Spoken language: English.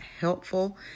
helpful